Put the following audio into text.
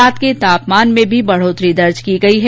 रात के तापमान में भी बढ़ोतरी दर्ज की गयी है